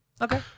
Okay